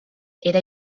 era